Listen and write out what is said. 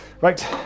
right